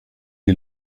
die